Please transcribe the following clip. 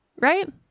right